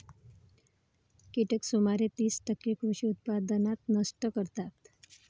कीटक सुमारे तीस टक्के कृषी उत्पादन नष्ट करतात